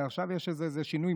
עכשיו יש איזה שינוי,